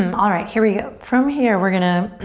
um alright, here we go. from here we're gonna